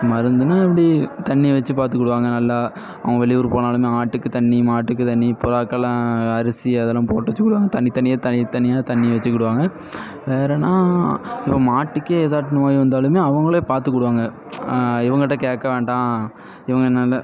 மருந்துனா இப்படி தண்ணி வச்சு பார்த்துக்கிடுவாங்க நல்லா அவங்க வெளியூர் போனாலும் ஆட்டுக்கு தண்ணி மாட்டுக்குத் தண்ணி புறாக்கள்லாம் அரிசி அதெலாம் போட்டு வச்சிக்கிடுவாங்க தனித்தனியாக தனித்தனியாக தண்ணி வச்சிவிடுவாங்க வேறேன்னா இப்போ மாட்டுக்கே எதானு நோய் வந்தாலும் அவங்களே பார்த்துக்குடுவாங்க இவங்கிட்ட கேட்க வேண்டாம் இவங்க நல்ல